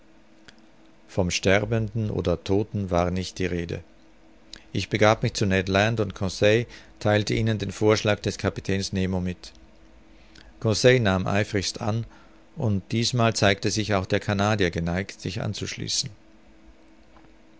vom sterbenden oder todten war nicht die rede ich begab mich zu ned land und conseil theilte ihnen den vorschlag des kapitäns nemo mit conseil nahm eifrigst an und diesmal zeigte sich auch der canadier geneigt sich anzuschließen